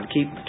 Keep